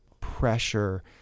pressure